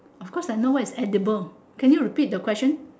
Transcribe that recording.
of course I know what is edible can you repeat the question